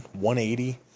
180